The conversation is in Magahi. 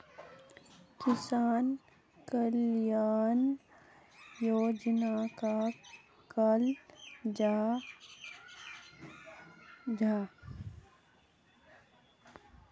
किसान कल्याण योजना कहाक कहाल जाहा जाहा?